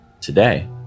Today